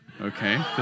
Okay